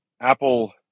Apple